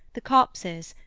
the copses,